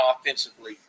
offensively